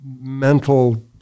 mental